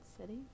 city